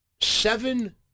seven